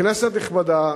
כנסת נכבדה,